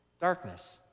darkness